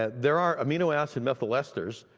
and there are amino acid methylesters,